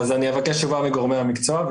אבקש תשובה מגורמי המקצוע.